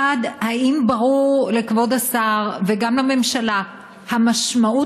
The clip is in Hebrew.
1. האם ברורה לכבוד השר וגם לממשלה המשמעות